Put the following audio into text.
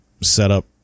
setup